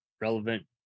relevant